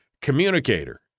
communicator